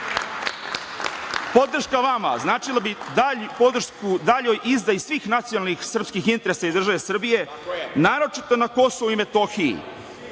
Podrška vama značila bi dalju podršku daljoj izdaji svih nacionalnih srpskih interesa i države Srbije. naročito na Kosovu i Metohiji